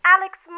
Alex